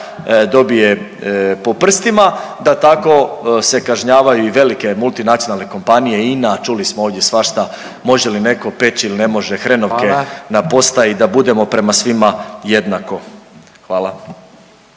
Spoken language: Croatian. dobije po prstima da tako se kažnjavaju i velike multinacionalne kompanije INA, čuli smo ovdje svašta može li neko peći ili ne može hrenovke …/Upadica Radin: Hvala./… na postaji i da budemo prema svima jednako. Hvala.